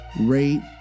rate